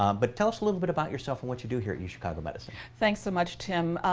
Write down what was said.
um but tell us a little bit about yourself and what you do here at uchicago medicine. thanks so much, tim.